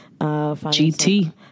GT